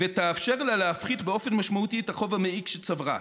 ותאפשר לה להפחית באופן משמעותי את החוב המעיק שצברה.